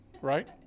right